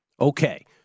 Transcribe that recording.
Okay